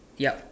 yup